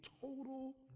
total